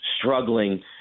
struggling